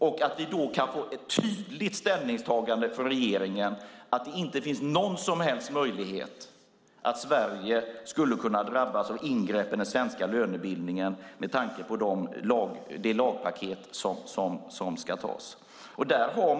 Vi förväntar oss att få ett tydligt ställningstagande från regeringen att det inte finns någon som helst möjlighet att Sverige skulle kunna drabbas av ingrepp i den svenska lönebildningen med tanke på det lagpaket som ska antas.